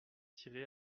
tiré